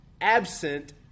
absent